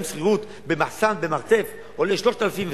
היום שכירות במחסן במרתף עולה 3,000,